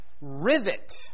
rivet